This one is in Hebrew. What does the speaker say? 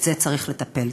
בזה צריך לטפל.